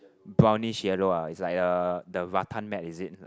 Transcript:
brownish yellow ah it's like uh the rattan mat is it